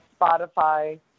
Spotify